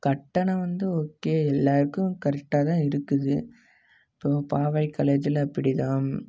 கட்டணம் வந்து ஓகே எல்லாேருக்கும் கரெக்டாக தான் இருக்குது இப்போது பாவை காலேஜில் அப்படி தான்